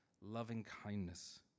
loving-kindness